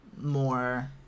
more